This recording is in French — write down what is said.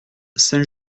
saint